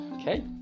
okay